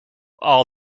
all